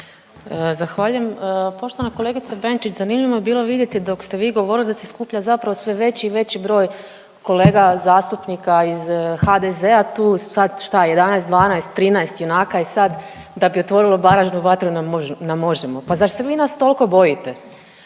Zahvaljujem. Poštovana kolegice Benčić, zanimljivo je bilo vidjeti dok ste vi govorili da se skuplja zapravo sve veći i veći broj kolega zastupnika iz HDZ-a, tu sad šta 11, 12, 13 junaka i sad da bi otvorilo baražnu vatru na Možemo!, pa zar se vi nas tolko bojite?